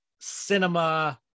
cinema